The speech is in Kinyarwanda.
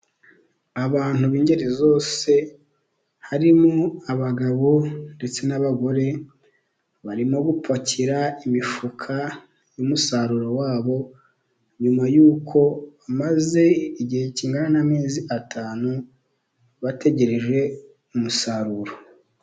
Abantu b'ingeri zose, harimo abagabo ndetse n'abagore, barimo gupakira imifuka y'umusaruro wabo, nyuma y'uko bamaze igihe kingana n'mezi atanu, bategereje umusaruro.